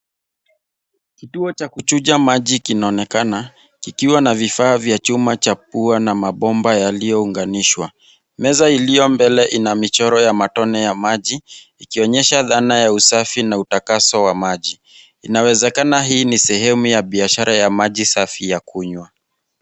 Kituo cha kuchuja maji kinaonekana kikiwa na vifaa vya chuma cha pua na mabomba yaliyounganishwa. Meza iliyo mbele ina michoro ya matone ya maji, ikionyesha dhana ya usafi na utakaso wa maji. Inawezekana hii ni sehemu ya biashara ya maji safi ya kunywa.